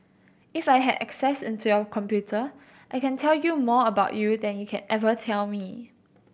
if I had access into your computer I can tell you more about you than you can ever tell me